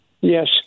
Yes